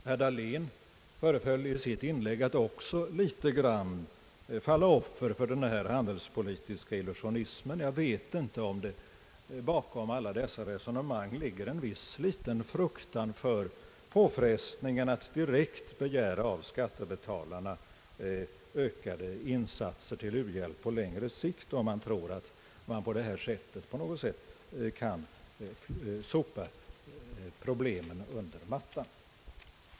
Herr Dahlén föreföll i sitt inlägg att också i någon mån falla offer för den här handelspolitiska illusionismen, Jag vet inte om det bakom alla dessa resonemang ligger en viss fruktan för påfrestningen att direkt av skattebetalarna begära ökade insatser till u-hjälpen på längre sikt; om han möjligen tror att man därmed på något sätt kan sopa problemen under mattan.